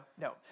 no